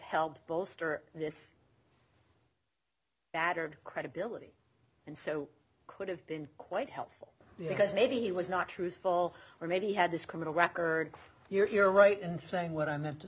helped bolster this battered credibility and so could have been quite helpful because maybe he was not truthful or maybe he had this criminal record you're right in saying what i meant to